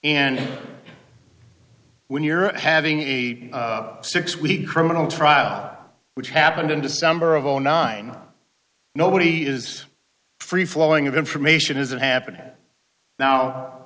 and when you're having a six week criminal trial which happened in december of nine nobody is free flowing of information isn't happening now